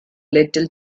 little